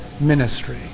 ministry